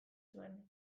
zuen